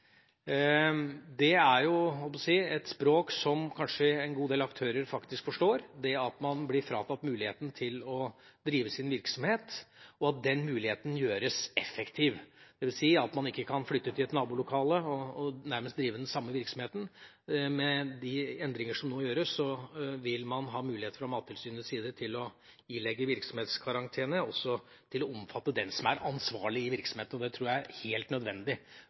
Det er jo et språk som kanskje en god del aktører faktisk forstår, det at man blir fratatt muligheten til å drive sin virksomhet, og at den muligheten gjøres effektiv, dvs. at man ikke kan flytte til et nabolokale og nærmest drive den samme virksomheten. Med de endringer som nå gjøres, vil man fra Mattilsynets side ha mulighet til å ilegge virksomhetskarantene også for den som er ansvarlig i virksomheten. Det tror jeg er helt nødvendig